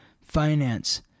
finance